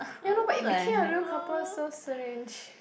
ya lor but it became a real couple so strange